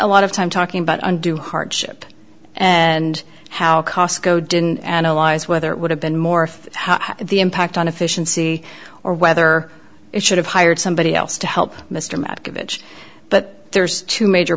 a lot of time talking about undue hardship and how cosco didn't analyze whether it would have been more if the impact on efficiency or whether it should have hired somebody else to help mr matt give it but there's two major